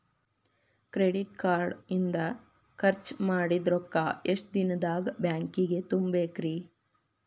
Credit card ಇಂದ್ ಖರ್ಚ್ ಮಾಡಿದ್ ರೊಕ್ಕಾ ಎಷ್ಟ ದಿನದಾಗ್ ಬ್ಯಾಂಕಿಗೆ ತುಂಬೇಕ್ರಿ?